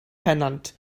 pennant